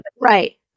right